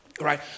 Right